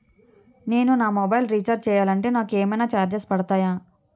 నేను నా mobile recharge చేయాలంటే నాకు ఏమైనా చార్జెస్ పడతాయా?